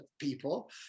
people